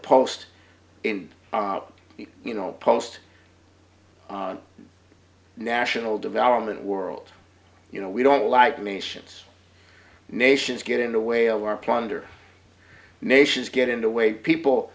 post in you know post national development world you know we don't like nations nations get in the way of our plunder nations get into way people